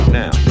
now